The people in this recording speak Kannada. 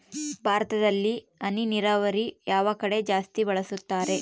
ಭಾರತದಲ್ಲಿ ಹನಿ ನೇರಾವರಿಯನ್ನು ಯಾವ ಕಡೆ ಜಾಸ್ತಿ ಬಳಸುತ್ತಾರೆ?